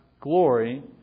glory